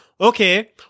okay